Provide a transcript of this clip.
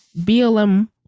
blm